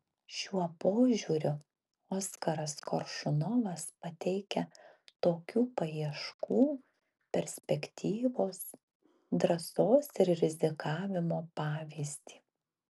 šiuo požiūriu oskaras koršunovas pateikia tokių paieškų perspektyvos drąsos ir rizikavimo pavyzdį